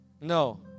No